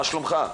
מה שלומך?